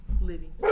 living